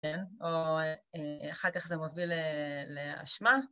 כן, או אחר כך זה מוביל לאשמה.